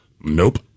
Nope